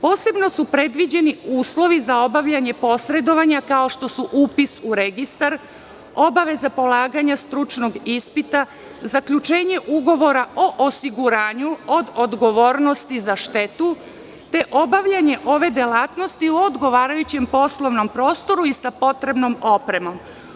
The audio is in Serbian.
Posebno su predviđeni uslovi za obavljanje posredovanja, kao što su upis u registar, obaveza polaganja stručnog ispita, zaključenje ugovora o osiguranju od odgovornosti za štetu, te obavljanje ove delatnosti u odgovarajućem poslovnom prostoru i sa potrebnom opremom.